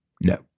No